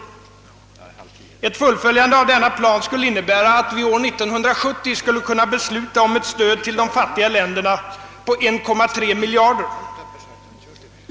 Ett fullföljande av denna plan skulle innebära att vi år 1970 skulle kunna besluta om ett stöd till de fattiga länderna på 1,3 miljard kronor.